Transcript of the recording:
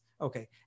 okay